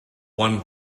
one